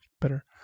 better